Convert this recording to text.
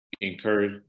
encourage